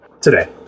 Today